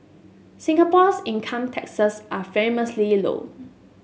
Singapore's income taxes are famously low